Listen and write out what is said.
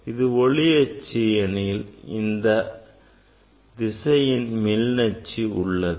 இது ஒளி அச்சு எனில் இந்த திசையில் மின் அச்சு உள்ளது